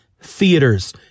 theaters